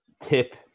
Tip